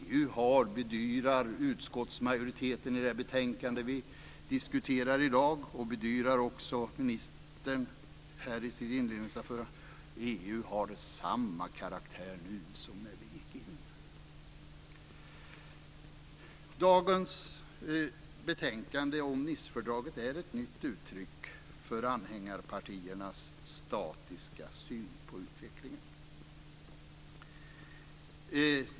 EU har, bedyrar utskottsmajoriteten i det betänkande vi diskuterar i dag och även ministern i sitt inledningsanförande, samma karaktär nu som när vi gick in. Dagens betänkande om Nicefördraget är ett nytt uttryck för anhängarpartiernas statiska syn på utvecklingen.